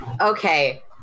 Okay